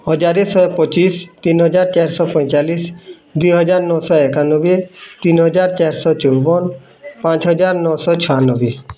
ହଜାରେ ଶହେ ପଚିଶି ତିନିହଜାର ଚାରିଶହ ପଇଁଚାଲିଶି ଦୁଇହଜାର ନଅଶହ ଏକାନବେ ତିନହଜାର ଚାରିଶହ ଚଉବନ ପାଞ୍ଚହଜାର ନଅଶହ ଛୟାନବେ